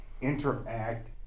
interact